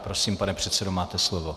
Prosím, pane předsedo, máte slovo.